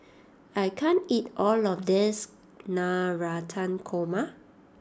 I can't eat all of this Navratan Korma